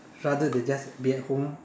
rather than just being at home